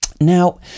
Now